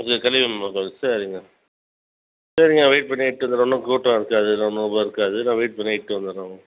அது கலியப்பெருமாள் கோயில் சரிங்க சரிங்க நான் வெயிட் பண்ணியே இழுட்டு வரேன் ஒன்றும் கூட்டம் இருக்காது ஒன்றும் அவ்வளோவா இருக்காது நான் வெயிட் பண்ணியே இழுட்டு வந்துடுறேன் உங்கள்